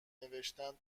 نوشتن